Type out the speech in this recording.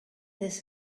this